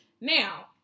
now